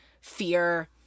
fear